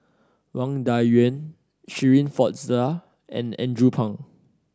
Wang Dayuan Shirin Fozdar and Andrew Phang